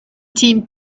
tim